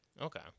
Okay